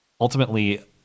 ultimately